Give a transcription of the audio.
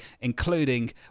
including